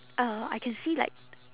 uh I can see like